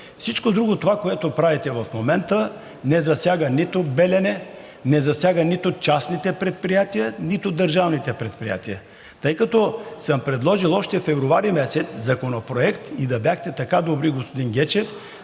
Всичко друго, това, което правите в момента, не засяга нито „Белене“, нито частните предприятия, нито държавните предприятия. Тъй като съм предложил още февруари месец законопроект, да бяхте така добри, господин Гечев,